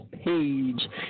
Page